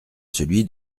celui